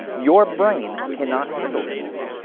your brain cannot handle this.